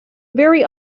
very